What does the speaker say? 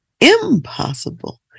impossible